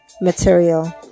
material